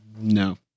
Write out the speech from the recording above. No